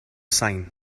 sain